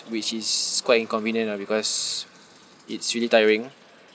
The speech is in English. which is quite inconvenient lah because it's really tiring